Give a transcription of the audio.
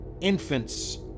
infants